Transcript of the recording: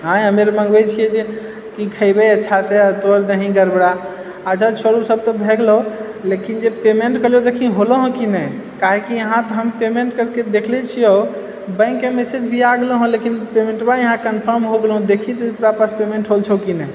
आंय मेरे पास लए छियै जे किछु खैबै अच्छासँ तोंय अर दही गड़बड़ाय अच्छा छोड़ ओ सब तऽ भए गेलौ लेकिन जे पेमेंट कहलियौ देखही होलो हौ की नहि काहे कि यहाँ तऽ हम पेमेंट करिके देखले छियौ बैंकके मैसेज भी आबि गेलो हँ लेकिन पेमेंटबा यहाँ कन्फर्म हो गेलौ हँ देखही तऽ तोड़ा पास पेमेन्ट होल छौ की नहि